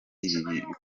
ibibi